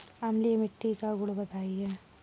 अम्लीय मिट्टी का गुण बताइये